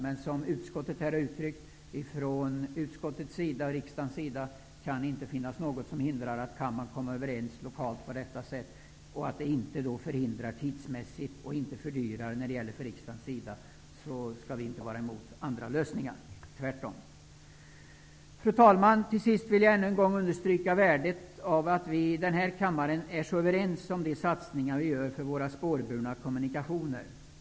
Men om man kommer överens lokalt utan att tidsmässigt förhindra eller fördyra, kan det från utskottets och riksdagens sida inte finnas något som gör att man är emot denna lösning. Fru talman! Till sist vill jag ännu en gång understryka värdet av att vi i denna kammare är så överens om de satsningar vi gör för våra spårburna kommunikationer.